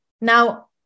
Now